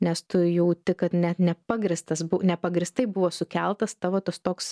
nes tu jauti kad net nepagrįstas nepagrįstai buvo sukeltas tavo tas toks